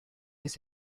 his